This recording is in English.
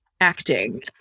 acting